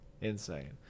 Insane